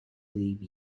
leave